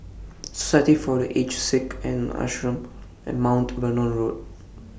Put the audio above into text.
Society For The Aged Sick The Ashram and Mount Vernon Road